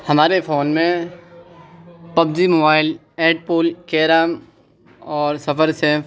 ہمارے فون میں PUBG mobile eight pool carrom اور سفر سیف